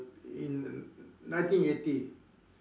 in nineteen eighty